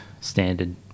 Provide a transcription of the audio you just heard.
Standard